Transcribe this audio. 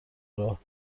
راه